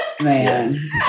man